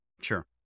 Sure